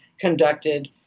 conducted